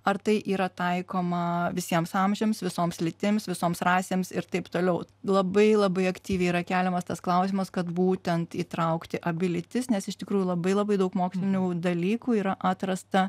ar tai yra taikoma visiems amžiams visoms lytims visoms rasėms ir taip toliau labai labai aktyviai yra keliamas tas klausimas kad būtent įtraukti abi lytis nes iš tikrųjų labai labai daug mokslinių dalykų yra atrasta